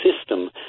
system